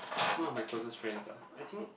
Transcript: one of my closest friends ah I think